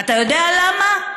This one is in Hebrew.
אתה יודע למה?